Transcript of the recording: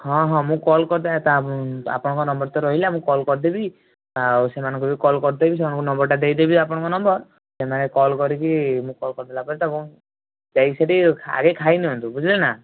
ହଁ ହଁ ମୁଁ କଲ୍ କରିଦେବି ତ ଆପଣଙ୍କ ନମ୍ବର ତ ରହିଲା ମୁଁ କଲ୍ କରିଦେବି ଆଉ ସେମାନଙ୍କୁ ବି କଲ୍ କରିଦେବି ସେମାନଙ୍କୁ ନମ୍ବରଟା ଦେଇଦେବି ଆପଣଙ୍କ ନମ୍ବର ସେମାନେ କଲ୍ କରିକି ମୁଁ କଲ୍ କରିଦେଲା ପରେ ତ ମୁଁ ଯାଇକି ସେଇଟି ଆଗେ ଖାଇ ନିଅନ୍ତୁ ବୁଝିଲେ ନା